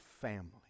family